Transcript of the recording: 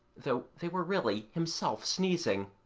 though they were really himself sneezing.